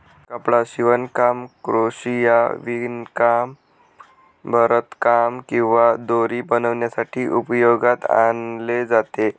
कपडा शिवणकाम, क्रोशिया, विणकाम, भरतकाम किंवा दोरी बनवण्यासाठी उपयोगात आणले जाते